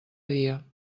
dia